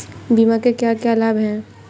बीमा के क्या क्या लाभ हैं?